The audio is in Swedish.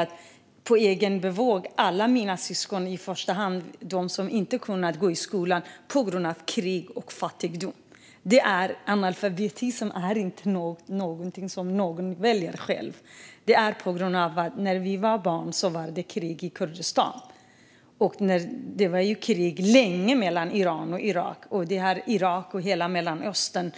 Det gjorde alla mina syskon, och i första hand de som inte hade kunnat gå i skolan på grund av krig och fattigdom. Analfabetism är inte någonting som någon själv väljer. När vi var barn var det krig i Kurdistan. Det var krig länge mellan Iran och Irak. Det gäller Irak, hela Mellanöstern,